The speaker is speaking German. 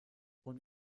und